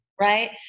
right